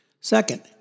Second